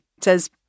says